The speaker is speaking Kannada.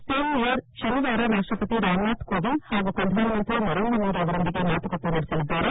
ಸ್ವೇನ್ ಮಿಯರ್ ಶನಿವಾರ ರಾಷ್ಟ ಪತಿ ರಾಮನಾಥ್ ಕೋವಿಂದ್ ಹಾಗೂ ಪ್ರಧಾನಮಂತ್ರಿ ನರೇಂದ್ರಮೋದಿ ಅವರೊಂದಿಗೆ ಮಾತುಕತೆ ನಡೆಸಲಿದ್ದಾರೆ